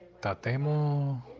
tatemo